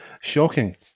Shocking